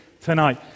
tonight